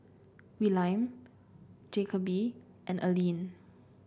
Willaim Jacoby and Alleen